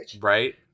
Right